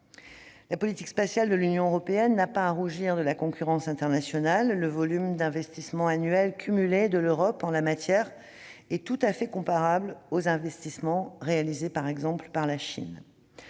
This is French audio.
La politique spatiale de l'Union européenne n'a pas à rougir de la concurrence internationale. Le volume d'investissement annuel cumulé de l'Europe en la matière est tout à fait comparable aux investissements réalisés par la Chine.